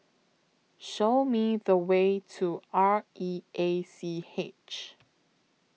Show Me The Way to R E A C H